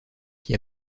qui